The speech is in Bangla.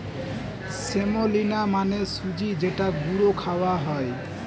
সেমোলিনা মানে সুজি যেটা গুঁড়ো খাওয়া হয়